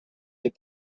les